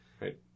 Right